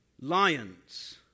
Lions